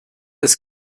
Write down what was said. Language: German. ist